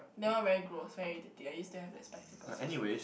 that one very gross very details I use to have spectacles also